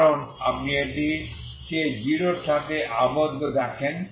কারণ আপনি এটিকে 0 এর সাথে আবদ্ধ দেখেন